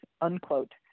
unquote